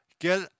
get